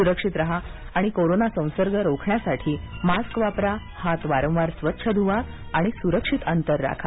सुक्षित राहा आणि कोरोना संसर्ग रोखण्यासाठी मास्क वापरा हात वारंवार स्वच्छ धुवा आणि सुरक्षित अंतर राखा